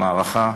במערכה